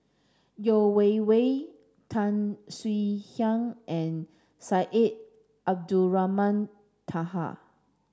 Yeo Wei Wei Tan Swie Hian and Syed Abdulrahman Taha